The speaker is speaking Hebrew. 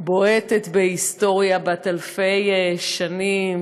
ובועטת בהיסטוריה בת אלפי שנים.